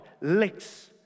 licks